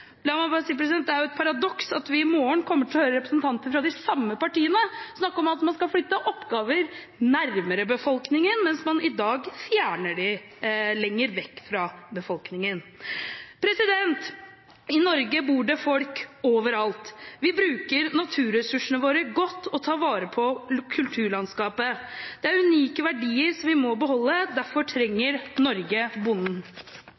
La meg bare legge til at det er et paradoks at vi i morgen skal høre representanter fra de samme partiene snakke om at de skal flytte oppgaver nærmere befolkningen, mens de i dag fjerner dem lenger vekk fra befolkningen. I Norge bor det folk overalt. Vi bruker naturressursene våre godt og tar vare på kulturlandskapet. Det er unike verdier som vi må beholde. Derfor trenger Norge bonden.